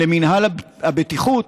למינהל הבטיחות,